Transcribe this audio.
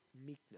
meekness